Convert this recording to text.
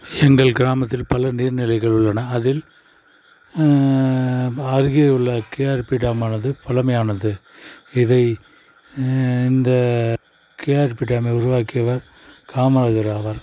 எங்கள் கிராமத்தில் பல நீர்நிலைகள் உள்ளன அதில் அருகே உள்ள கேஆர்பி டேம் ஆனது பழமையானது இதை இந்த கேஆர்பி டேமை உருவாக்கியவர் காமராஜர் ஆவார்